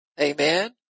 Amen